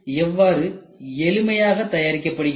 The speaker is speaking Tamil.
எவ்வாறு எளிமையாக தயாரிக்கப்படுகிறது